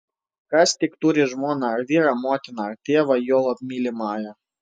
kas tik turi žmoną ar vyrą motiną ar tėvą juolab mylimąją